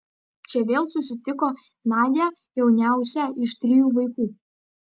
čia vėl susitiko nadią jauniausią iš trijų vaikų